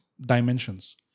dimensions